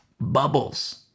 bubbles